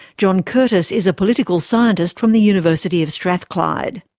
john curtice is a political scientist from the university of strathclyde.